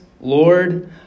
Lord